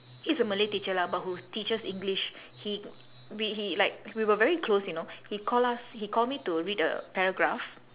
he's a malay teacher lah but who teaches english he we he like we were very close you know he call us he call me to read a paragraph